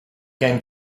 going